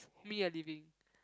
me a living